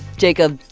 jacob,